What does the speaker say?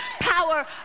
power